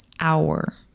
hour